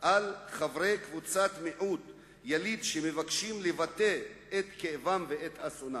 על חברי קבוצת מיעוט יליד שמבקשים לבטא את כאבם ואת אסונם?